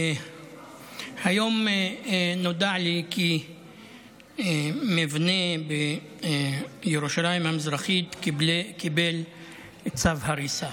היום נודע לי כי מבנה בירושלים המזרחית קיבל צו הריסה,